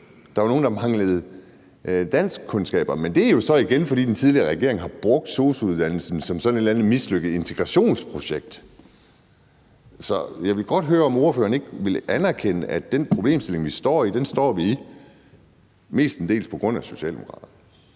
der var nogen, der manglede danskkundskaber. Men det er jo så igen, fordi den tidligere regering har brugt sosu-uddannelsen som sådan et eller andet mislykket integrationsprojekt. Så jeg vil godt høre, om ordføreren ikke vil anerkende, at den problemstilling, vi står i, står vi i mestendels på grund af Socialdemokraterne.